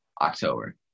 October